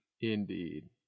indeed